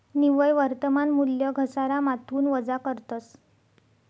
निव्वय वर्तमान मूल्य घसारामाथून वजा करतस